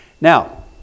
Now